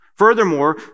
Furthermore